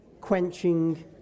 quenching